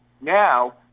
Now